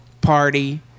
party